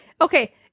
Okay